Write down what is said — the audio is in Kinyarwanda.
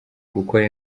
gukora